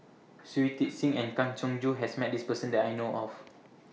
Shui Tit Sing and Kang Siong Joo has Met This Person that I know of